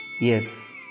Yes